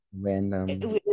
random